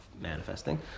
manifesting